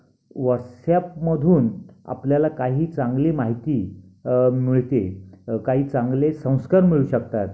व्हॉट्सॲपमधुन आपल्याला काही चांगली माहिती मिळते काही चांगले संस्कार मिळु शकतात